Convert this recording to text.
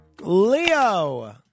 Leo